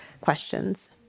questions